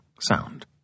sound